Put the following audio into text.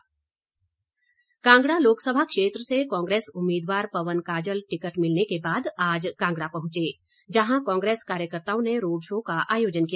पवन काजल कांगड़ा लोकसभा क्षेत्र से कांग्रेस उम्मीदवार पवन काजल टिकट मिलने के बाद आज कांगड़ा पहुंचे जहां कांग्रेस कार्यकर्ताओं ने रोड शो का आयोजन किया